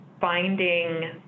finding